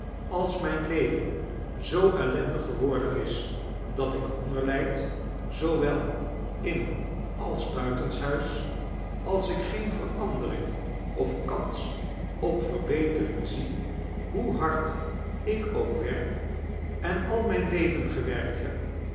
als mijn leven zoo ellendig geworden is dat ik honger lijd zoowel in als buitenshuis als ik geen verandering of kans op verbetering zie hoe hardik ook werk en al mijn leven gewerkt heb